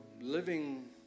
living